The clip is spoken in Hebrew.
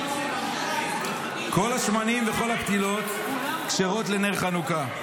"כל השמנים וכל הפתילות כשרות לנר חנוכה.